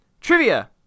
Trivia